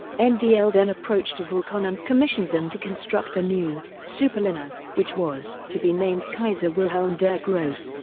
and ah then approached vulkan and commissioned them to construct a new superliner, which was to be named kaiser wilhelm der grosse.